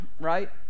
right